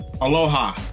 Aloha